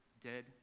dead